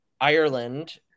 Ireland